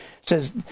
says